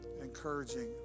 encouraging